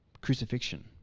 crucifixion